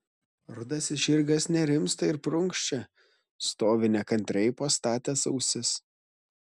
rudasis žirgas nerimsta ir prunkščia stovi nekantriai pastatęs ausis